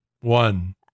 one